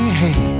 hey